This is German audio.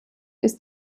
ist